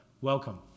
Welcome